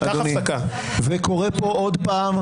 זה קורה פה עוד פעם,